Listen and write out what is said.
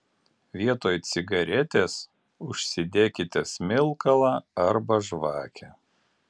vietoj cigaretės užsidekite smilkalą arba žvakę